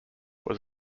was